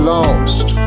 lost